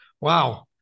Wow